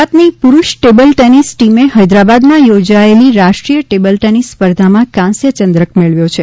ગુજરાતની પુરૂષ table tennis ટીમે હૈદરાબાદમાં યોજાયેલી રાષ્ટ્રી ાય ટેબલ ટેનિસ સ્પર્ધામાં કાંસ્ય ચંદ્રક મેળવ્યો છે